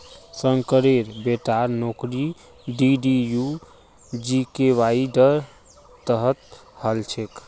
शंकरेर बेटार नौकरी डीडीयू जीकेवाईर तहत हल छेक